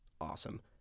awesome